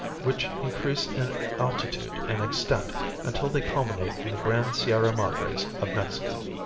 which increase in altitude and extent until they culminate in the grand sierra madres of mexico.